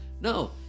No